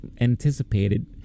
anticipated